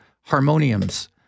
harmoniums